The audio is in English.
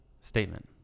statement